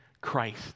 Christ